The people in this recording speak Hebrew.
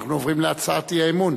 אנחנו עוברים להצעת אי-אמון